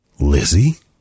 Lizzie